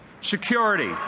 security